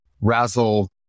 razzle